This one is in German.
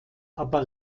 aber